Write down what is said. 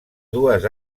dues